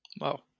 Wow